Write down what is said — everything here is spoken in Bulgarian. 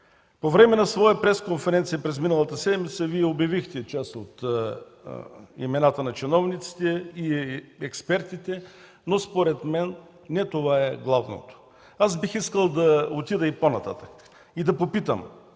По време на своя пресконференция през миналата седмица Вие обявихте част от имената на чиновниците и експертите, но според мен не това е главното. Аз бих искал да отида и по-нататък и да попитам: